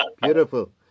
beautiful